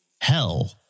hell